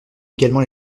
également